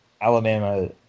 Alabama